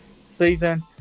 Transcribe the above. season